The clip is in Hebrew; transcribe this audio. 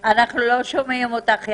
יערה, אנחנו לא שומעים אותך.